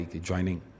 joining